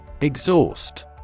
Exhaust